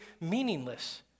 meaningless